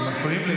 אתם מפריעים לי.